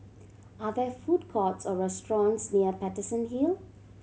are there food courts or restaurants near Paterson Hill